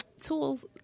tools